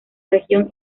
región